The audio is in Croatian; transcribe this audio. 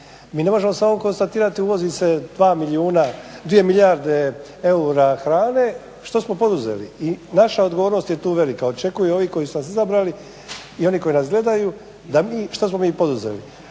Mi ne možemo samo konstatirati uvozi se 2 milijarde eura hrane. Što smo poduzeli? I naša odgovornost je tu velika. Očekuju ovi koji su nas izabrali i oni koji nas gledaju da mi, što smo mi poduzeli.